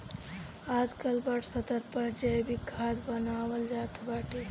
आजकल बड़ स्तर पर जैविक खाद बानवल जात बाटे